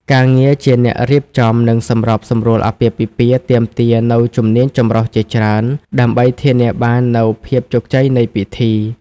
ការងារជាអ្នករៀបចំ និងសម្របសម្រួលអាពាហ៍ពិពាហ៍ទាមទារនូវជំនាញចម្រុះជាច្រើន ដើម្បីធានាបាននូវភាពជោគជ័យនៃពិធី។